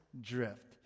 drift